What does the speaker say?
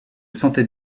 sentais